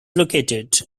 located